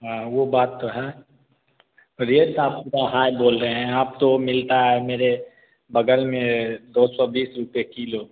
हाँ वह बात तो है रेट आप थोड़ा हाय बोल रहे हैं आप तो मिलता है मेरे बगल में दो सौ बीस रुपये किलो